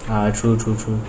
true true true